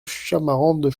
chamarandes